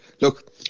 Look